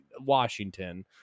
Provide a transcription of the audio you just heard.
Washington